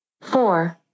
Four